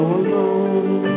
alone